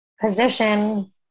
position